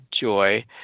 joy